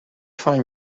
find